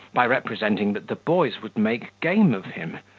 by representing that the boys would make game of him,